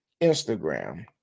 Instagram